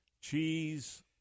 cheese